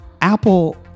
Apple